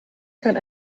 kann